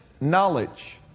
Knowledge